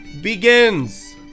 begins